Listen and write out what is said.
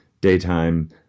daytime